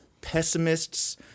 pessimists